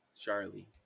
Charlie